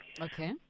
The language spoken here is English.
Okay